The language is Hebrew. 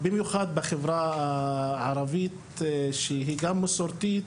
במיוחד בחברה הערבית, שהיא מסורתית,